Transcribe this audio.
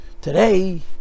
today